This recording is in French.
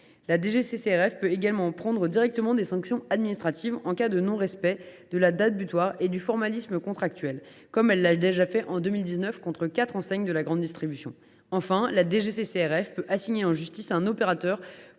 La DGCCRF peut également prendre directement des sanctions administratives en cas de non respect de la date butoir ou du formalisme contractuel, comme elle l’a fait en 2019 contre quatre enseignes de la grande distribution. Enfin, elle peut assigner en justice un opérateur